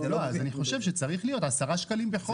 אז אני חושב שצריך להיות 10 ₪ בחודש.